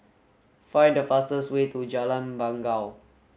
find the fastest way to Jalan Bangau